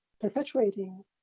perpetuating